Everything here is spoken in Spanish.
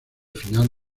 final